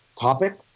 topic